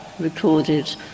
recorded